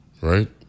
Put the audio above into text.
right